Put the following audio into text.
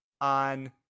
on